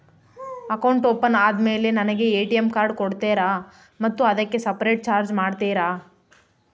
Account open ಆದಮೇಲೆ ನನಗೆ ATM card ಕೊಡ್ತೇರಾ ಮತ್ತು ಅದಕ್ಕೆ ಸಪರೇಟ್ ಚಾರ್ಜ್ ಮಾಡ್ತೇರಾ?